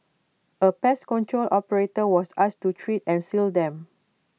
A pest control operator was asked to treat and seal them